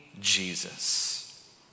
Jesus